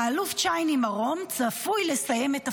האלוף צ'ייני מרום, צפוי לסיים את תפקידו.